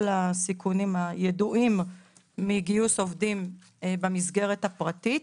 הסיכונים הידועים מגיוס עובדים במסגרת הפרטית.